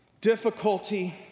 difficulty